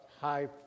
high